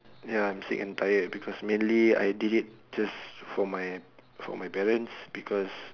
ya I'm sick and tired because mainly I did it just for my for my parents because